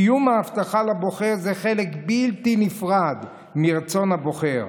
קיום ההבטחה לבוחר זה חלק בלתי נפרד מרצון הבוחר.